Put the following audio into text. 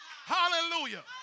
Hallelujah